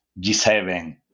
G7